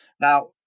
Now